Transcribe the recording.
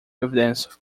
evidence